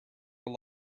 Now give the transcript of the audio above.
were